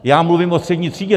Já mluvím o střední třídě.